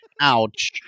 Ouch